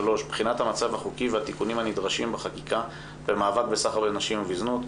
בחינת המצב החוקי והתיקונים הנדרשים בחקיקה במאבק בסחר בנשים ובזנות.